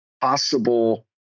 possible